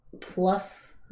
Plus